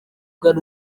ugana